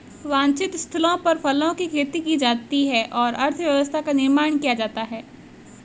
वांछित स्थलों पर फलों की खेती की जाती है और अर्थव्यवस्था का निर्माण किया जाता है